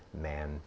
man